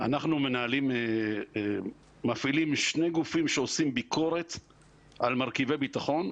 אנחנו מפעילים שני גופים שעושים ביקורת על מרכיבי ביטחון,